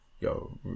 yo